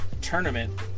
tournament